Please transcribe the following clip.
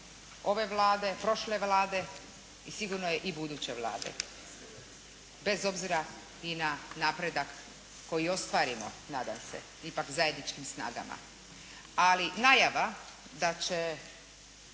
ove Vlade, prošle Vlade i sigurno je i buduće Vlade bez obzira i na napredak koji ostvarimo, nadam se ipak zajedničkim snagama. Ali najava da će